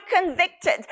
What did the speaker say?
convicted